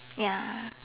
ya